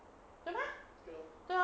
对吗对啊